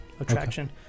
attraction